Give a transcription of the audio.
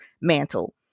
mantle